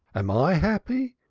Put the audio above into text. am i happy?